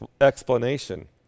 explanation